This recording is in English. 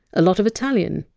a lot of italian,